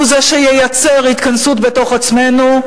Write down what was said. הוא שייצר התכנסות בתוך עצמנו,